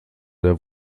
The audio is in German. der